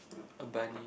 a bunny